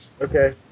Okay